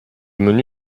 menu